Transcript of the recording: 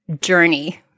journey